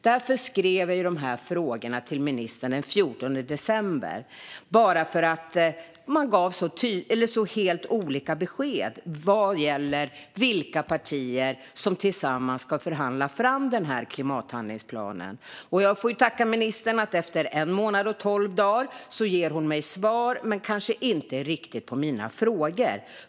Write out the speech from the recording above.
Därför ställde jag dessa frågor till ministern den 14 december - bara för att man gav så helt olika besked om vilka partier som tillsammans ska förhandla fram klimathandlingsplanen. Jag får tacka ministern för att hon efter en månad och tolv dagar ger mig svar, även om det kanske inte riktigt är svar på mina frågor.